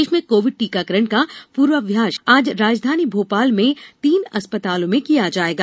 प्रदेश में कोविड टीकाकरण का पूर्वाभ्यास आज राजधानी भोपाल में तीन अस्पतालों में किया जाएगा